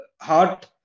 heart